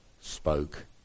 spoke